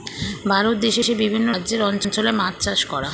ভারত দেশে বিভিন্ন রাজ্যের অঞ্চলে মাছ চাষ করা